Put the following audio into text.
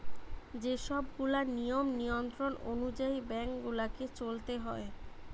যে সব গুলা নিয়ম নিয়ন্ত্রণ অনুযায়ী বেঙ্ক গুলাকে চলতে হয়